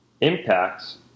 impacts